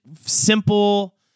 simple